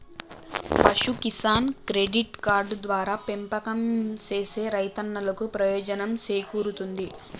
పశు Kisan credit card ద్వారా పెంపకం సేసే రైతన్నలకు ప్రయోజనం సేకూరుతుంది